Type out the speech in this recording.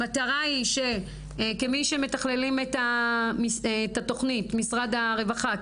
המטרה היא שכמי שמתכללים את התוכנית משרד הרווחה,